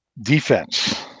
Defense